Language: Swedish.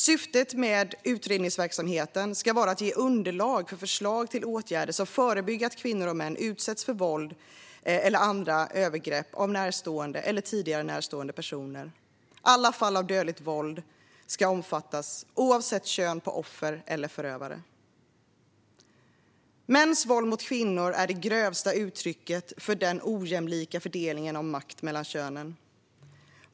Syftet med utredningsverksamheten ska vara att ge underlag för förslag till åtgärder som förebygger att kvinnor och män utsätts för våld eller andra övergrepp av närstående eller tidigare närstående personer. Alla fall av dödligt våld ska omfattas oavsett kön på offer eller förövare. Mäns våld mot kvinnor är det grövsta uttrycket för den ojämlika fördelningen av makt mellan könen.